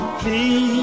please